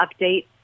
update